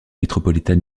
metropolitan